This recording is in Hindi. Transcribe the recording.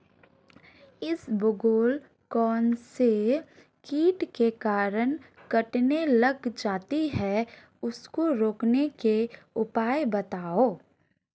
इसबगोल कौनसे कीट के कारण कटने लग जाती है उसको रोकने के उपाय बताओ?